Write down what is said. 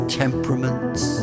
temperaments